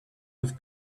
with